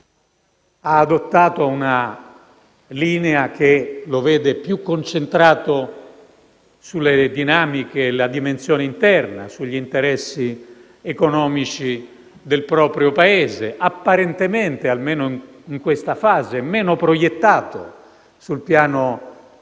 ha adottato una linea che lo vede più concentrato sulle dinamiche e sulla dimensione interna e sugli interessi economici del proprio Paese, apparentemente, almeno in questa fase, meno proiettato sul piano politico